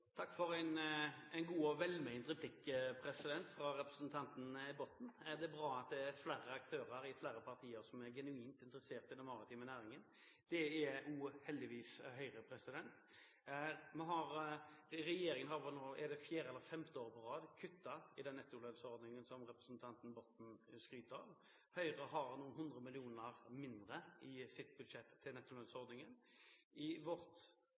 Takk for en god og velment replikk fra representanten Botten. Det er bra at det er flere aktører i flere partier som er genuint interesserte i den maritime næringen. Det er heldigvis også Høyre. Regjeringen har nå – det er vel fjerde eller femte året på rad – kuttet i den nettolønnsordningen som representanten Botten skryter av. Høyre har noen hundre millioner kroner mindre i sitt budsjett til nettolønnsordningen. I vårt